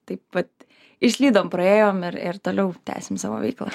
taip vat išslydom praėjom ir ir toliau tęsim savo veiklą